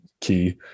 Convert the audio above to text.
key